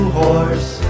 horse